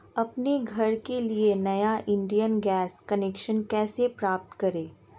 अपने घर के लिए नया इंडियन गैस कनेक्शन कैसे प्राप्त करें?